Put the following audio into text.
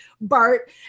Bart